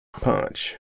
Punch